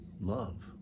love